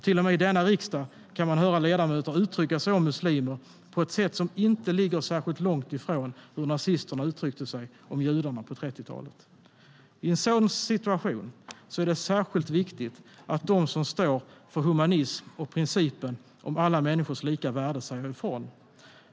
Till och med i denna riksdag kan man höra ledamöter uttrycka sig om muslimer på ett sätt som inte ligger särskilt långt från hur nazisterna uttryckte sig om judarna på 30-talet.I en sådan situation är det särskilt viktigt att de som står för humanism och principen om alla människors lika värde säger ifrån.